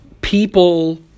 people